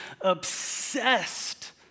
obsessed